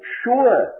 sure